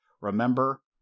Remember